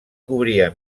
cobria